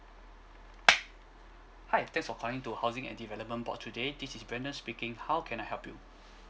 hi thanks for calling to housing and development board today this is brandon speaking how can I help you